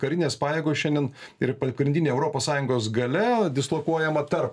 karinės pajėgos šiandien ir pagrindinė europos sąjungos galia dislokuojama tarp